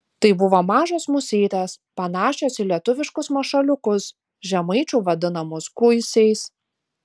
tai buvo mažos musytės panašios į lietuviškus mašaliukus žemaičių vadinamus kuisiais